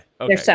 okay